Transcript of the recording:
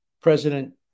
President